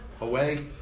away